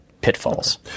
pitfalls